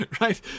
right